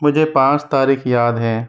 मुझे पाँच तारीख याद है